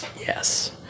Yes